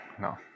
No